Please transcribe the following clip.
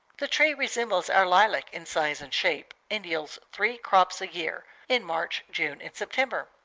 the tree resembles our lilac in size and shape, and yields three crops a year in march, june, and september.